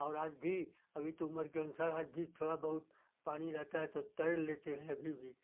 और आज भी अभी तो उमर के अनुसार आज भी थोड़ा बहुत पानी रहता है तो तैर लेते हैं अभी भी